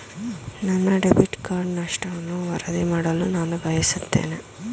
ನನ್ನ debit card ನಷ್ಟವನ್ನು ವರದಿ ಮಾಡಲು ನಾನು ಬಯಸುತ್ತೇನೆ